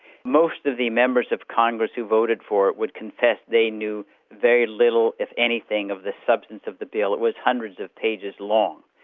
most of the members of congress who voted for it would contest they knew very little, if anything of the substance of the bill. it was hundreds of pages long.